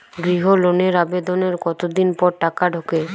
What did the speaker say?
গৃহ লোনের আবেদনের কতদিন পর টাকা ঢোকে?